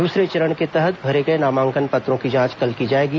दूसरे चरण के तहत भरे गए नामांकन पत्रों की जांच कल की जाएगी